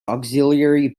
auxiliary